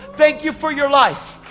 thank you for your life.